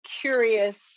curious